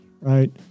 right